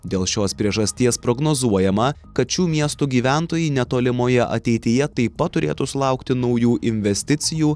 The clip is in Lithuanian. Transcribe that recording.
dėl šios priežasties prognozuojama kad šių miestų gyventojai netolimoje ateityje taip pat turėtų sulaukti naujų investicijų